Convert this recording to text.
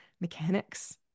mechanics